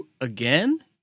again